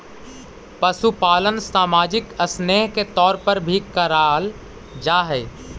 पशुपालन सामाजिक स्नेह के तौर पर भी कराल जा हई